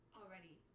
already